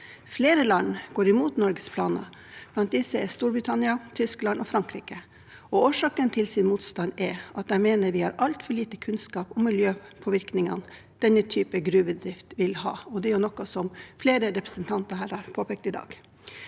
Flere land går imot Norges planer. Blant disse er Storbritannia, Tyskland og Frankrike. Årsaken til motstanden er at de mener vi har altfor lite kunnskap om miljøpåvirkningene denne typen gruvedrift vil ha. Det er også noe flere representanter har påpekt i dag.